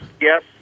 yes